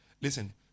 listen